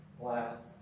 Last